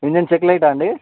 engine check లైటా అండి